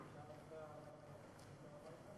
אדוני היושב-ראש,